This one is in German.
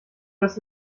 ist